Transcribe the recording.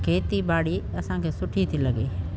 खेती ॿाड़ी असांखे सुठी थी लॻे